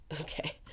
okay